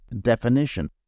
definition